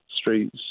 streets